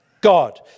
God